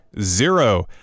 zero